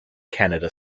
canada